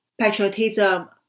patriotism